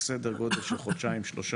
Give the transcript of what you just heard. סדר גודל של חודשיים-שלושה,